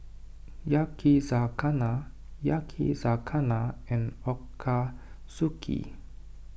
Yakizakana Yakizakana and Ochazuke